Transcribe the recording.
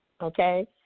Okay